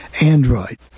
android